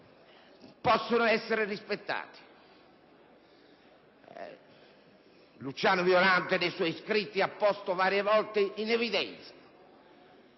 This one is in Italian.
possono essere rispettati. Luciano Violante nei suoi scritti ha posto varie volte in evidenza